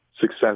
success